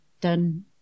done